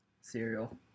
Cereal